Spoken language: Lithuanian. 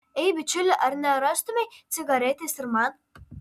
ei bičiuli ar nerastumei cigaretės ir man